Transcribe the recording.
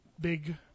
big